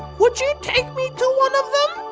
would you take me to one of them?